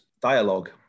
dialogue